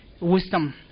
wisdom